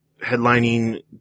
headlining